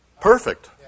Perfect